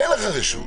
אין להם רשות.